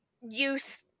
youth